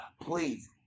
Please